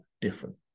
different